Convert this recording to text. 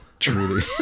truly